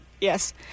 Yes